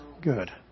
good